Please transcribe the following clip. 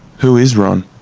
who is ron?